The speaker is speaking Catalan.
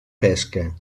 pesca